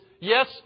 yes